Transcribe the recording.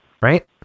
right